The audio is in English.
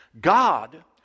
God